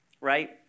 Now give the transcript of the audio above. Right